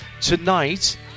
tonight